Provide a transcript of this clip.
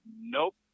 Nope